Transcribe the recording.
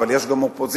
אבל יש גם אופוזיציה,